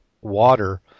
water